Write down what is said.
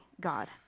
God